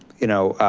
you know,